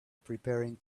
preparing